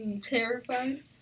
terrified